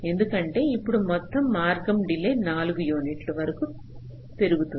ఎందుకంటే ఇప్పుడు మొత్తం మార్గం డిలే 4 యూనిట్ల వరకు పెరుగుతుంది